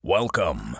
Welcome